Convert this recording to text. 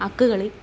അക്ക് കളി